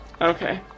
okay